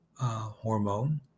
hormone